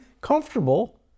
comfortable